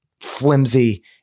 flimsy